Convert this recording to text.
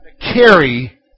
carry